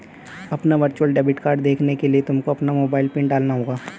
अपना virtual debit card देखने के लिए तुमको अपना मोबाइल पिन डालना होगा